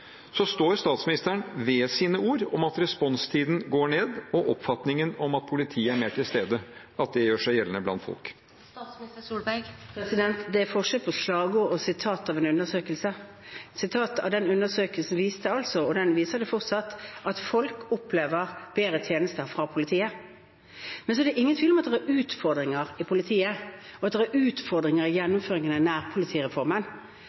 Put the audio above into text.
Står statsministeren ved sine ord om at responstiden går ned, og at oppfatningen om at politiet er mer til stede, gjør seg gjeldende blant folk? Det er forskjell på slagord og sitater. Den undersøkelsen viste, og viser fortsatt, at folk opplever bedre tjenester fra politiet. Men så er det ingen tvil om at det er utfordringer i politiet, og at det er utfordringer i